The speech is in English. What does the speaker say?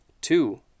Two